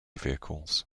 vehicles